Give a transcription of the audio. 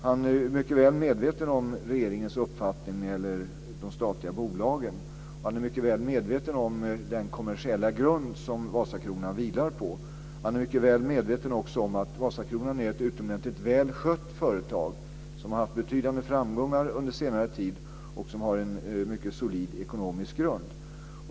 Lars Tobisson är mycket väl medveten om regeringens uppfattning när det gäller de statliga bolagen. Han är också mycket väl medveten om den kommersiella grund som Vasakronan vilar på och om att Vasakronan är ett utomordentligt väl skött företag som haft betydande framgångar under senare tid och som har en mycket solid ekonomisk grund.